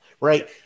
Right